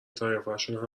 طایفشون